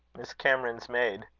miss cameron's maid.